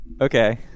okay